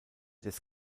des